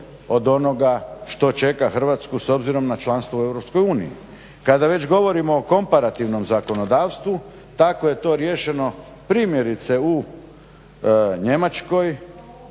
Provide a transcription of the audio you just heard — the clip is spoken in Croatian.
od onoga što čeka Hrvatsku s obzirom na članstvo u Europskoj uniji. Kada već govorimo o komparativnom zakonodavstvu, tako je to riješeno primjerice u Njemačkoj,